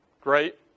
Great